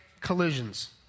collisions